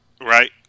Right